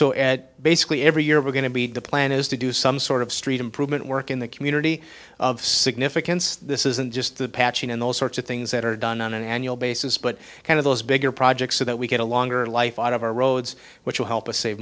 at basically every year we're going to be the plan is to do some sort of street improvement work in the community of significance this isn't just the patching in those sorts of things that are done on an annual basis but kind of those bigger projects so that we get a longer life out of our roads which will help us save